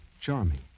charming